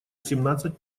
семнадцать